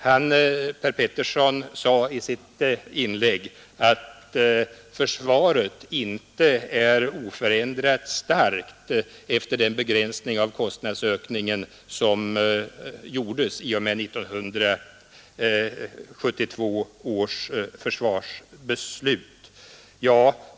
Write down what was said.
Herr begränsning av kostnadsökningen som gjordes i och med 1972 års försvarsbeslut.